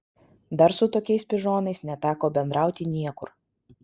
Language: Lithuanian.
dar su tokiais pižonais neteko bendrauti niekur